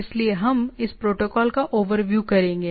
इसलिए हम इस प्रोटोकॉल का ओवरव्यू करेंगे